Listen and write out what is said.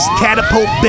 catapult